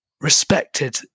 respected